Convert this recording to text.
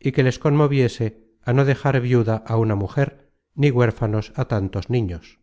y que les conmoviese á no dejar viuda á una mujer ni huérfanos á tantos niños